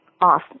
off